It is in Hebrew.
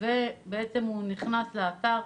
ונכנס לאתר.